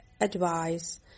advice